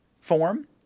form